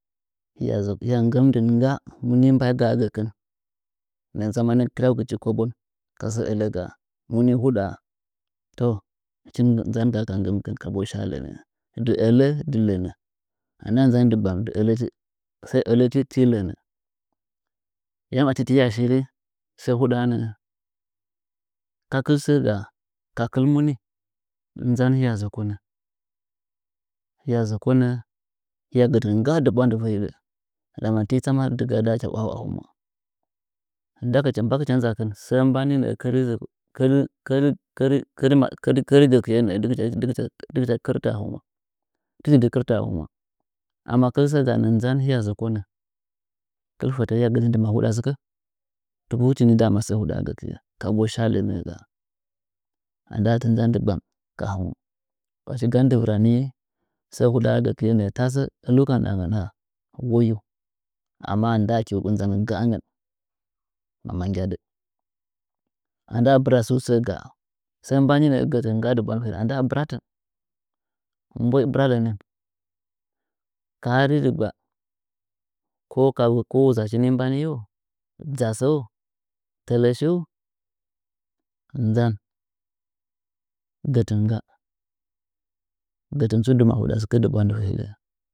Nggɨ dɨn ngga muni mbagaa gɚkɨn nɚɚ tsa mani kɨryau gɨchi kobon asɚ ɚlɚgaa muni huɗaa to hɨchi nza gaa ka nggɨmkih kabu sha lɚnɚɚ dɨ ɚlɚdɨ ɚlɚdɨ lɚno ndaa nzan dɨgbam dɨ ɚlɚchi ti lɚnɚ yam achi tiya shi re sɚ huɗaa nɚɚ ka kɨl sɚ gaa kakɨl muni nzan hɨya zokonɚ hɨya zokonɚ hɨya gɚtɨn ngga dɨ bwandɨ vɚ hiɗɚ ndama ti tsaman dɨga ha ndacha iwahan gɨi a hɨmwa mbagɨcha mbagɨcha nzakɨn sɚ mbani kɚri nɚɚ kare kare kun kari kari aɚ ken gɚkte nɚɚ dɨgɨcha kɚrta a hɨmwa tɨchi dɨ krta a hɨmwa a kɨl fetɚ gɚtin dɨ mahuɗa sɨkɚ tuku hɨchi ni dama sɚ hudaagɚkiɚɚ kabu sha lɚnɚ gaa anda tɨ nzan dɨgbam ka haung achi gan dɨ vɨ rani sɚ huɗɚɚ gɚkie nɚɚ tase ɚlu ka ndɨɗamgɚn ha woyu amma a ndaa tɨugu naan gaangɚn mama gyaɗɚ a ndaa bɨra tsu sɚɚ gaa sɚ mbani ɚɚ gɚtɨn gaa dɨ bwandɨvɚ hiɗɚ andaa bɨratɨn mboi bɨra lɚnɚn ka ba ri dɨggba koka ko uzachi ni mbaniyu dza sɚu tɨlɚ shiu nza gɚtɨn ngga gɚtin tsu dɨ mahuɗa sɨkɚ dt bwandɨvɚ hiɗɚ.